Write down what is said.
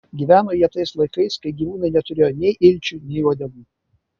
gyveno jie tais laikais kai gyvūnai neturėjo nei ilčių nei uodegų